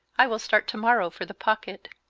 i will start to-morrow for the pocket.